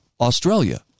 Australia